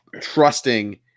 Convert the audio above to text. trusting